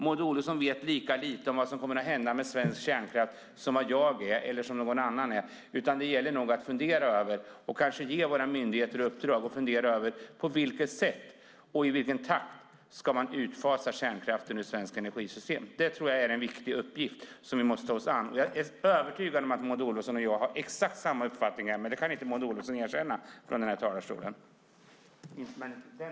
Maud Olofsson vet lika lite om vad som kommer att hända med svensk kärnkraft som jag eller någon annan gör, så det gäller nog att fundera över, och kanske ge våra myndigheter i uppdrag att fundera över, på vilket sätt och i vilken takt man ska fasa ut kärnkraften ur svenskt energisystem. Det är en viktig uppgift som vi måste ta oss an. Jag är övertygad om att Maud Olofsson och jag har exakt samma uppfattning här, men det kan inte Maud Olofsson erkänna här från talarstolen.